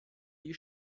die